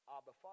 Abba